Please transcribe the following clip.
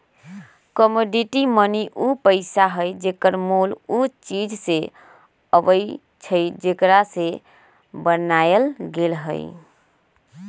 commodity money उ पइसा हइ जेकर मोल उ चीज से अबइ छइ जेकरा से बनायल गेल हइ